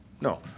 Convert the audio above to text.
No